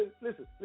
listen